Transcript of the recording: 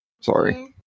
Sorry